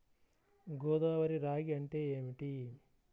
గోదావరి రాగి అంటే ఏమిటి?